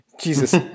Jesus